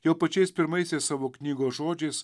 jau pačiais pirmaisiais savo knygos žodžiais